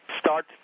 start